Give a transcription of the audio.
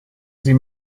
sie